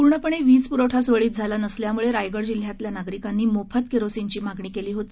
पूर्णपणे वीज पुरवठा सुरळीत झाला नसल्यामुळे रायगड जिल्ह्यातल्या नागरिकांनी मोफत केरोसिनची मागणी केली होती